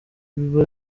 biba